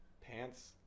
Pants